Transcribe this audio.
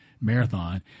marathon